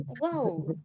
wow